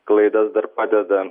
klaidas dar padeda